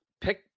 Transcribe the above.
pick